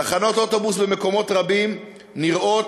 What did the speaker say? תחנות אוטובוס במקומות רבים נראות,